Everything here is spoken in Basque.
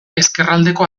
ezkerraldeko